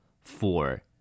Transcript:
four